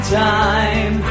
time